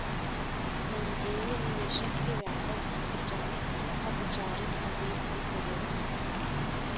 angel निवेशक के व्यापार दूत चाहे अपचारिक निवेशक भी कहल जाला